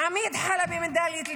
עמיד חלבי מדאלית אל-כרמל,